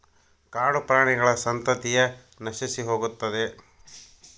ಕಾಡುಪ್ರಾಣಿಗಳ ಸಂತತಿಯ ನಶಿಸಿಹೋಗುತ್ತದೆ